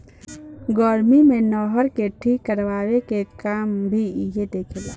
गर्मी मे नहर के ठीक करवाए के काम भी इहे देखे ला